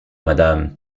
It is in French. madame